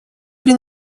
при